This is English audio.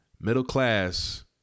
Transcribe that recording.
middle-class